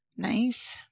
Nice